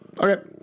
Okay